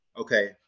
okay